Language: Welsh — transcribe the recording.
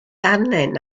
angen